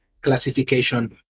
classification